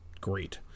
great